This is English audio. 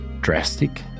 drastic